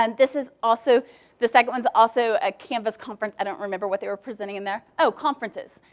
and this is also the second one is also a canvas conference. i don't remember what they were presenting in there. oh, conferences,